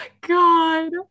God